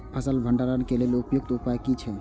फसल भंडारण के लेल उपयुक्त उपाय कि छै?